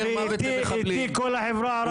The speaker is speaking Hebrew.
ואיתי כל החברה הערבית הוא רוצה לשלוח לסוריה.